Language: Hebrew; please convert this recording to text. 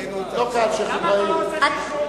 לא כאן, שיח' אברהים.